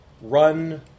Run